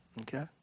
okay